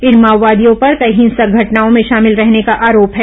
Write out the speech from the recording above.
इन माओवादियों पर कई हिंसक घटनाओं में शामिल रहने का आरोप है